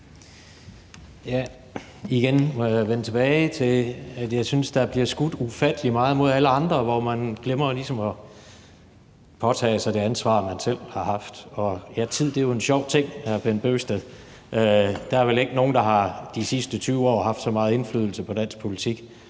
Igen må jeg vende tilbage til, at jeg synes, der bliver skudt ufattelig meget mod alle andre, og at man ligesom glemmer at påtage sig det ansvar, man selv har haft. Og tid er jo en sjov ting, hr. Bent Bøgsted. Der er vel ikke nogen, der i de sidste 20 år har haft så meget indflydelse på dansk politik